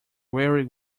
weary